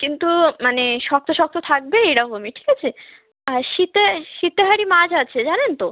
কিন্তু মানে শক্ত শক্ত থাকবে এরকমই ঠিক আছে আর সিতে সিতেহারি মাছ আছে জানেন তো